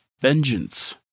vengeance